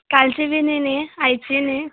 कालची बी न्हय नी आयची न्हय